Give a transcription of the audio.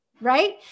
right